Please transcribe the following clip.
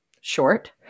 short